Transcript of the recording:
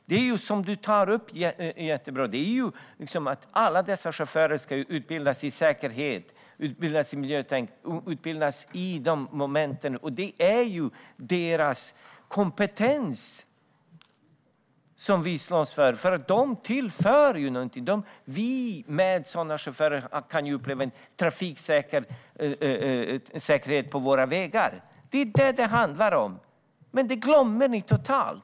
Det som du tar upp är jättebra, Robert Halef. Alla dessa chaufförer ska utbildas i säkerhet och miljötänk, i de momenten. Det är deras kompetens som vi slåss för. De tillför någonting. Med sådana chaufförer kan vi uppleva en trafiksäkerhet på våra vägar. Det är vad det handlar om. Men det glömmer ni totalt.